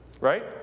right